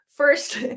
First